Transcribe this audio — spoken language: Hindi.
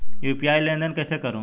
मैं यू.पी.आई लेनदेन कैसे करूँ?